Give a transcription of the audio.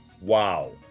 wow